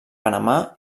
panamà